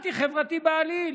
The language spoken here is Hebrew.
אנטי-חברתי בעליל,